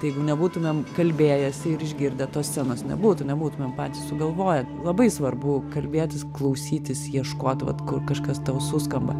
tai jeigu nebūtumėm kalbėjęsi ir išgirdę tos scenos nebūtų nebūtumėm patys sugalvoję labai svarbu kalbėtis klausytis ieškot vat kur kažkas tau suskamba